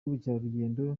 ubukerarugendo